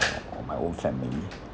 or or my own family